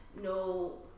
no